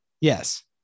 Yes